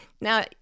Now